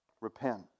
Repent